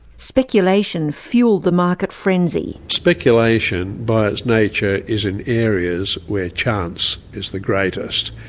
speculation fuelled the market frenzy. speculation by its nature, is in areas where chance is the greatest,